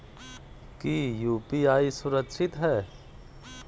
की यू.पी.आई सुरक्षित है?